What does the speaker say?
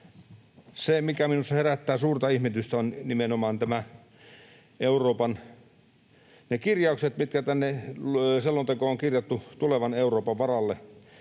Se, mikä minussa herättää suurta ihmetystä, on nimenomaan ne kirjaukset, mitkä tänne selontekoon on kirjattu tulevan Euroopan varalle.